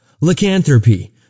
Lycanthropy